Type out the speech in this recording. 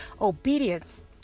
obedience